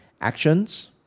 Actions